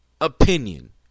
opinion